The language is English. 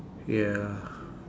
ya